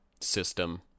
system